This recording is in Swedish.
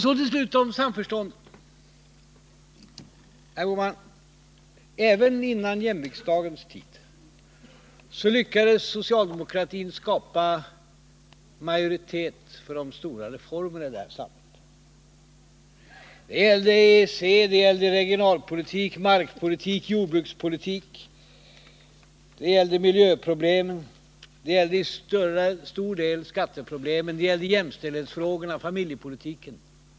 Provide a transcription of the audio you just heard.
Så till slut om samförståndet. Herr Bohman! Även före jämviktsriksdagens tid lyckades socialdemokratin skapa majoritet för de stora reformerna i det här samhället. Det gällde EEC. Det gällde regionalpolitik, markpolitik och jordbrukspolitik. Det gällde miljöproblemen. Det gällde till stor del skatteproblemen. Det gällde jämställdhetsfrågorna och familjepolitiken.